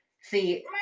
see